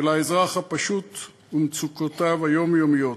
של האזרח הפשוט ומצוקותיו היומיומיות.